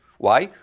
why?